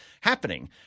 happening